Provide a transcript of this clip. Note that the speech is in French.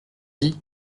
dit